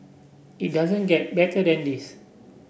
it doesn't get better than this